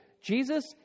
Jesus